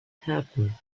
happen